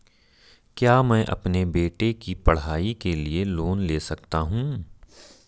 क्या मैं अपने बेटे की पढ़ाई के लिए लोंन ले सकता हूं?